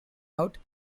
out